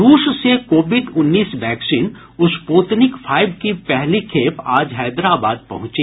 रूस से कोविड उन्नीस वैक्सीन स्प्तनिक फाइव की पहली खेप आज हैदराबाद पहंची